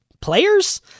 players